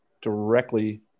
directly